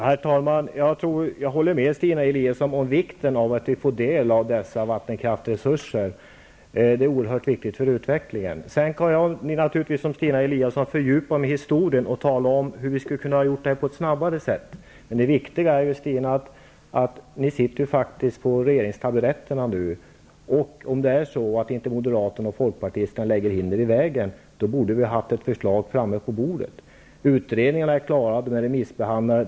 Herr talman! Jag håller med Stina Eliasson om att det är viktigt att vi får del av dessa vattenkraftsresurser. Det är oerhört viktigt för utvecklingen. Jag skulle naturligtvis också kunna fördjupa mig i historien och tala om hur vi skulle ha kunnat göra det här snabbare. Men, Stina, det är faktiskt ni som nu sitter på regeringstaburetterna. Jag vet inte hur det är med moderaterna och folkpartisterna. Om de inte hade lagt hinder i vägen borde ett förslag ligga på bordet. Utredningarna är klara och remissbehandlade.